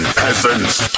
peasants